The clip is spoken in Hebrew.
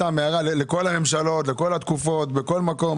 סתם הערה לכל הממשלות, לכל התקופות, בכל מקום.